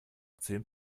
zehn